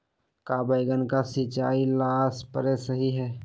का बैगन के सिचाई ला सप्रे सही होई?